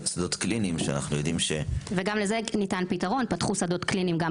אנחנו יודעים שגם שדות קליניים --- וגם לזה ניתן פתרון,